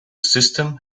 system